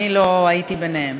אני לא הייתי ביניהם.